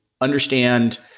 understand